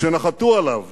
שנחתו עליו